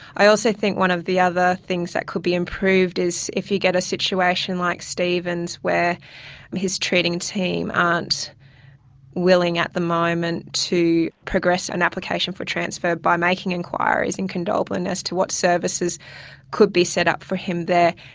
i also think one of the other things that could be improved is if you get a situation like steven's where his treating team aren't willing at the moment to progress an application for transfer by making enquiries in condobolin as to what services could be set up for him there.